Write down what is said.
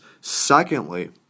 Secondly